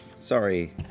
Sorry